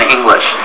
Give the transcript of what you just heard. English